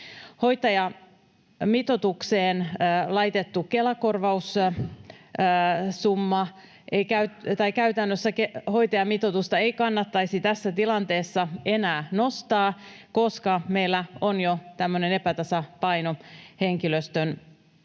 eivät tänne alueelle osu. Käytännössä hoitajamitoitusta ei kannattaisi tässä tilanteessa enää nostaa, koska meillä on jo tämmöinen epätasapaino henkilöstön